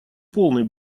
полный